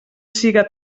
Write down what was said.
siga